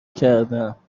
کردماسم